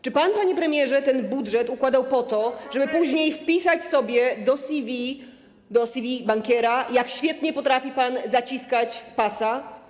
Czy pan, panie premierze, ten budżet układał po to, żeby później wpisać sobie do CV, do CV bankiera, jak świetnie potrafi pan zaciskać pasa?